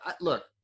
look